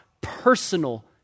personal